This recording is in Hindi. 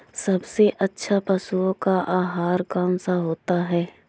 सबसे अच्छा पशुओं का आहार कौन सा होता है?